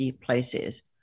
places